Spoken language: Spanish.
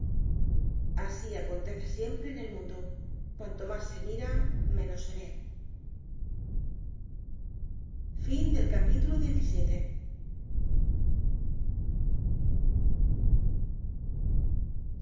así acontece siempre en el mundo cuanto más se mira menos se ve